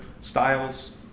styles